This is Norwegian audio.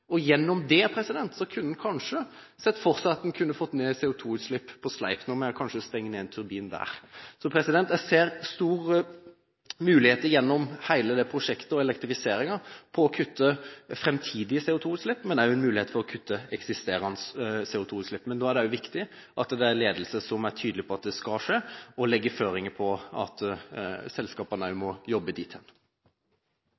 kunne en kanskje sett for seg at en kunne fått ned CO2-utslippene på Sleipner ved kanskje å stenge ned en turbin der. Jeg ser store muligheter gjennom elektrifisering av hele dette prosjektet for å kutte i framtidige CO2-utslipp, men også en mulighet for å kutte i eksisterende CO2-utslipp. Men da er det også viktig at det er en ledelse som er tydelig på at det skal skje, og legger føringer på selskapene for at